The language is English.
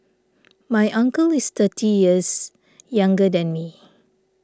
my uncle is thirty years younger than me